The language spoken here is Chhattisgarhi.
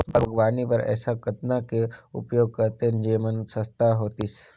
बागवानी बर ऐसा कतना के उपयोग करतेन जेमन सस्ता होतीस?